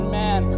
man